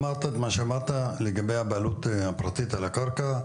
אמרת את מה שאמרת לגבי הבעלות הפרטית על הקרקע,